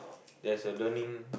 there's a learning